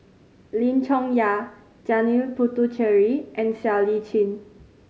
Lim Chong Yah Janil Puthucheary and Siow Lee Chin